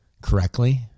correctly